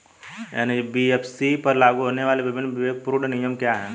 NBFC पर लागू होने वाले विभिन्न विवेकपूर्ण नियम क्या हैं?